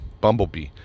Bumblebee